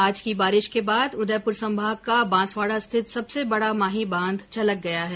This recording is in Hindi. आज की बारिश के बाद उदयपुर संभाग का बांसवाड़ा स्थित संबसे बड़ा माही बांध छलक गया है